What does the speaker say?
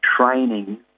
training